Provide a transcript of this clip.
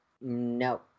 No